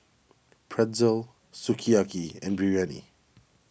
Pretzel Sukiyaki and Biryani